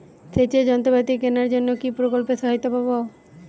সেচের যন্ত্রপাতি কেনার জন্য কি প্রকল্পে সহায়তা পাব?